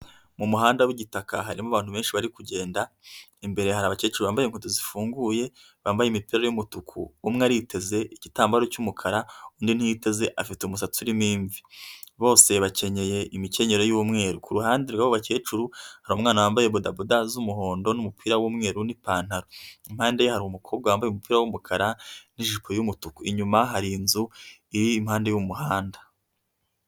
Mu muhanda w'igitaka harimo abantu benshi bari kugenda, imbere hari abakecuru bambaye inkweto zifunguye bambaye imipira y'umutuku. Umwe ariteze igitambaro cy'umukara undi ntiyiteze, afite umusatsi urimo imvi. Bose bakenyeye imikenyero y'umweru, ku ruhande rw'abakecuru hari umwana wambaye bodaboda z'umuhondo n'umupira w'umweru n'ipantaro. Impande ye hari umukobwa wambaye umupira w'umukara n'ijipo y'umutuku, inyuma hari inzu iri impande y'umuhanda.